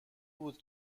بود